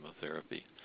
chemotherapy